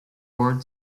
board